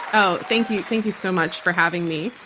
oh, thank you. thank you so much for having me.